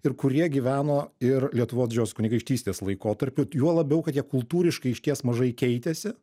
ir kurie gyveno ir lietuvos didžiosios kunigaikštystės laikotarpiu juo labiau kad jie kultūriškai išties mažai keitėsi